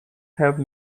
have